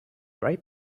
right